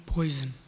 Poison